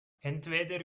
entweder